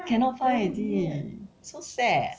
cannot find already so sad